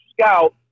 scout